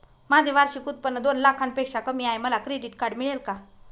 माझे वार्षिक उत्त्पन्न दोन लाखांपेक्षा कमी आहे, मला क्रेडिट कार्ड मिळेल का?